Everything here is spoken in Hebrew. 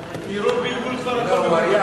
בלבול כבר הכול,